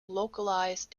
localized